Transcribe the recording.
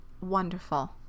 wonderful